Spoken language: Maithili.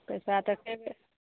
पैसा तऽ कए